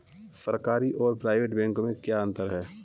सरकारी और private bank में क्या अंतर है?